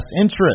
interest